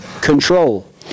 control